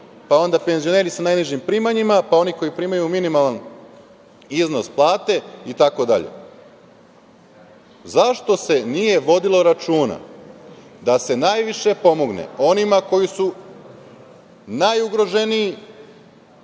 pa onda penzioneri sa najnižim primanjima, pa oni koji primaju minimalan iznos plate itd. Zašto se nije vodilo računa da se najviše pomogne onima koji su najugroženiji,